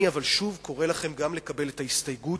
אני שוב קורא לכם לקבל גם את ההסתייגות